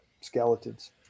skeletons